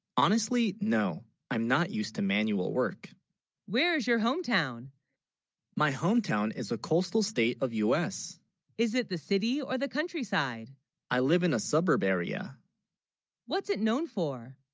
honestly, no i'm not used to manual work where's your hometown my hometown is a coastal state of us is it the city or the countryside i live in a suburb area what's it known for?